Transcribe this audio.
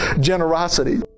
generosity